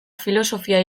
filosofia